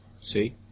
See